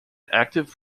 active